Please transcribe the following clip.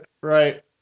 right